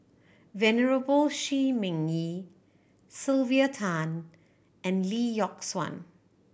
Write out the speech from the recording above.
Venerable Shi Ming Yi Sylvia Tan and Lee Yock Suan